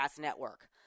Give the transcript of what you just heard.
network